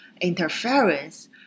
interference